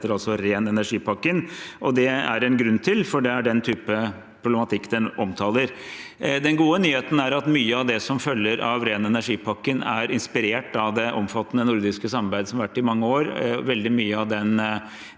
ren energi-pakken, og det er det en grunn til, for det er den type problematikk den omtaler. Den gode nyheten er at mye av det som følger av ren energi-pakken, er inspirert av det omfattende nordiske samarbeidet som har vært i mange år.